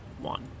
one